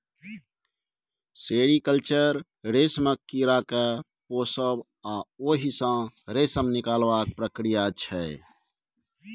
sericulture रेशमक कीड़ा केँ पोसब आ ओहि सँ रेशम निकालबाक प्रक्रिया छै